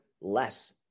less